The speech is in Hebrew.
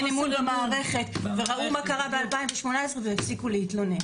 אין אמון במערכת וראו מה קרה ב-2018 והפסיקו להתלונן,